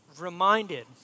reminded